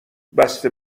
بسته